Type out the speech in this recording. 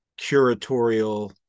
curatorial